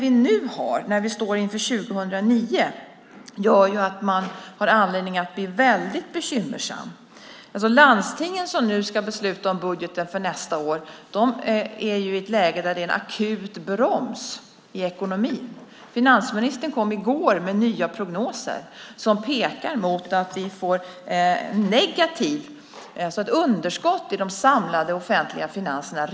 Läget nu, när vi står inför 2009, gör att vi har anledning att bli bekymrade. Landstingen, som nu ska besluta om budgeten för nästa år, är i en situation där det finns en akut broms i ekonomin. Finansministern kom i går med nya prognoser som pekar mot att vi redan nästa år får ett underskott i de samlade offentliga finanserna.